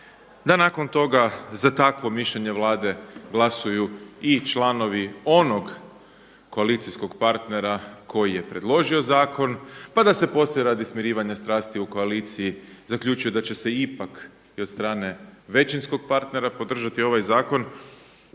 da nakon toga za takvo mišljenje Vlade glasuju i članovi onog koalicijskog partnera koji je predložio zakon, pa da se poslije radi smirivanja strasti u koaliciji zaključuje da će se ipak i od strane većinskog partnera podržati ovaj zakon.